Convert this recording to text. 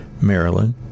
Maryland